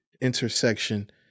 intersection